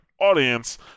audience